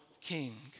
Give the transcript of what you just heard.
king